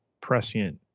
prescient